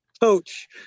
Coach